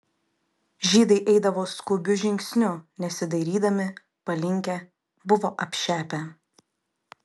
žydai eidavo skubiu žingsniu nesidairydami palinkę buvo apšepę